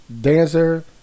dancer